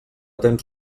tens